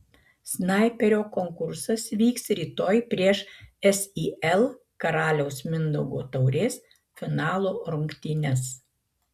snaiperio konkursas vyks rytoj prieš sil karaliaus mindaugo taurės finalo rungtynes